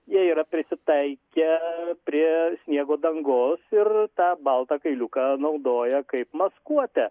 jie yra prisitaikę prie sniego dangos ir tą baltą kailiuką naudoja kaip maskuotę